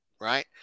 right